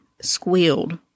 squealed